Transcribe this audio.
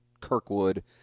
Kirkwood